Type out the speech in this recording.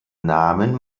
namen